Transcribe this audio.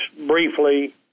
briefly